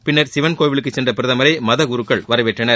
பின்னர் சிவன் கோவிலுக்குச் சென்ற பிரதமரை மதக்குருக்கள் வரவேற்றனர்